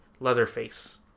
Leatherface